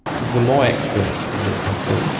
the more expert the doctor,